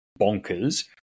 bonkers